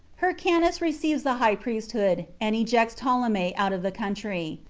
hyrcanus receives the high priesthood, and ejects ptolemy out of the country.